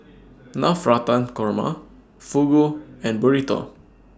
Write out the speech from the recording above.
Navratan Korma Fugu and Burrito